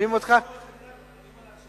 שומעים אותך, אדוני היושב-ראש,